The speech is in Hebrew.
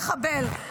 מחבל.